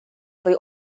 või